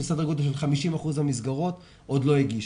שסדר גודל של 50 אחוזים מהמסגרות עוד לא הגישו.